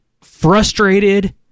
frustrated